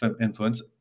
influence